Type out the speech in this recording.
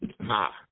Ha